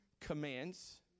commands